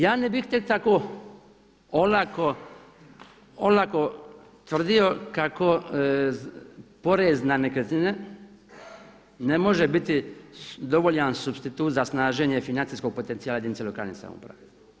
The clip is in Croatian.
Ja ne bih tek tako olako tvrdio kako porez na nekretnine ne može biti dovoljan supstitut za snaženje financijskog potencijala jedinica lokalne samouprave.